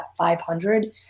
500